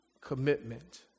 commitment